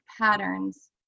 patterns